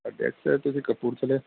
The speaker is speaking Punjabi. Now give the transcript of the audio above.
ਅਡਰੈਸ ਸਰ ਤੁਸੀਂ ਕਪੂਰਥਲੇ